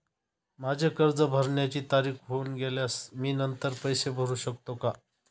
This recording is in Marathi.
माझे कर्ज भरण्याची तारीख होऊन गेल्यास मी नंतर पैसे भरू शकतो का?